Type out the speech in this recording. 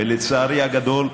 לצערי הגדול,